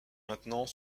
maintenant